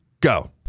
Go